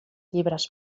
llibres